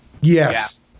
Yes